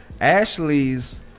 Ashley's